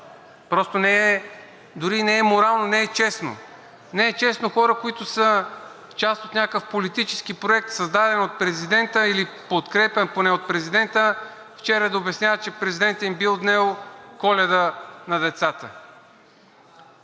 коалиция. Дори не е морално, не е честно. Не е честно хора, които са част от някакъв политически проект, създаден от президента, или подкрепян поне от президента, вчера да обясняват, че президентът им бил отнел Коледа на децата.